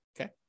okay